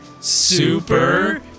Super